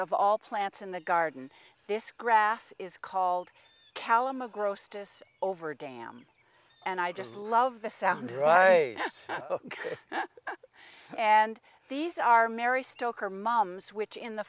of all plants in the garden this grass is called kalama grossed us over dams and i just love the sound right and these are mary stoker moms which in the